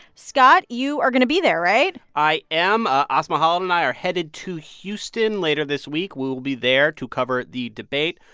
scott, you are going to be there, right? i am. asma khaled and i are headed to houston later this week. we will be there to cover the debate.